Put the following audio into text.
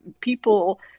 people